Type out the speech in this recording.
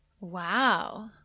Wow